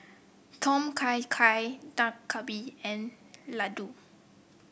Tom Kha Gai Dak Galbi and Ladoo